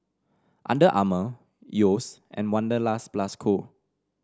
Under Armour Yeo's and Wanderlust Plus Co